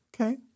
Okay